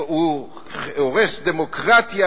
הוא חוק שהורס דמוקרטיה,